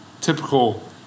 typical